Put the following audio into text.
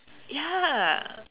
ya